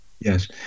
Yes